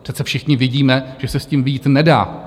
Přece všichni vidíme, že se s tím vyjít nedá!